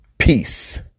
Peace